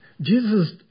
Jesus